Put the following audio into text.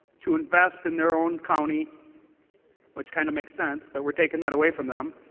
to invest in their own county which kind of makes sense but we are taking that away from them.